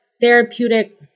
therapeutic